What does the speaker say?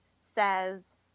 says